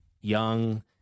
young